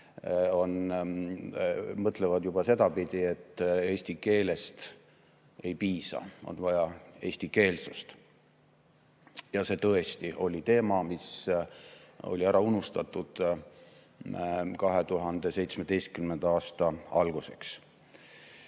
mõtlevad juba sedapidi, et eesti keelest ei piisa, vaja on eestikeelsust. See tõesti on teema, mis oli ära unustatud 2017. aasta alguseks.